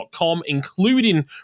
including